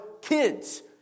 kids